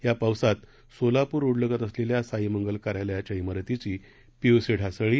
या पावसात सोलापूर रोडलगत असलेल्या साई मंगल कार्यलयाच्या इमारती ची पियूपी ढासळली